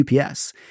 UPS